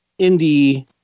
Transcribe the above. indie